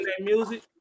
music